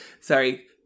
Sorry